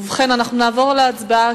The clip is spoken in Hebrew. ובכן, אנחנו נעבור להצבעה.